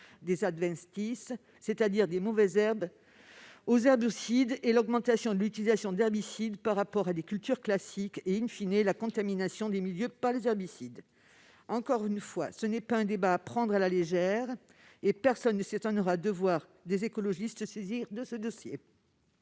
des adventices, c'est-à-dire des mauvaises herbes, aux herbicides et l'augmentation de l'utilisation d'herbicides par rapport à des cultures classiques, entraînant,, la contamination des milieux. Encore une fois, ce débat ne doit pas être pris à la légère. Personne ne s'étonnera de voir des écologistes se saisir de ce dossier,